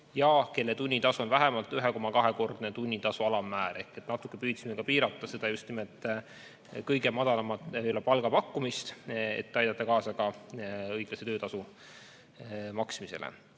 ja kelle tunnitasu on vähemalt 1,2‑kordne tunnitasu alammäär. Ehk natuke püüdsime piirata just nimelt seda kõige madalamat palgapakkumist, et aidata kaasa ka õiglase töötasu maksmisele.